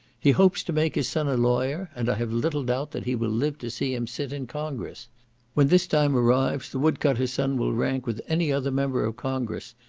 he hopes to make his son a lawyer, and i have little doubt that he will live to see him sit in congress when this time arrives, the wood-cutter's son will rank with any other member of congress,